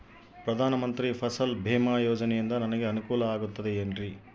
ಪ್ರಧಾನ ಮಂತ್ರಿ ಫಸಲ್ ಭೇಮಾ ಯೋಜನೆಯಿಂದ ನನಗೆ ಅನುಕೂಲ ಆಗುತ್ತದೆ ಎನ್ರಿ?